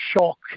shock